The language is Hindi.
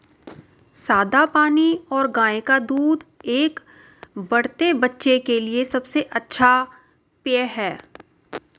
सादा पानी और गाय का दूध एक बढ़ते बच्चे के लिए सबसे अच्छा पेय हैं